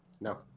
No